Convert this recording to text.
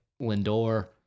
Lindor